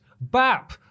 BAP